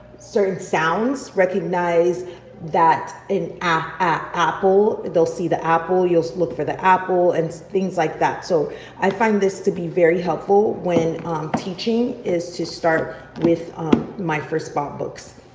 and sounds, recognize that in ah apple they'll see the apple, you'll look for the apple and things like that. so i find this to be very helpful when teaching is to start with my first bob books.